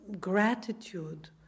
gratitude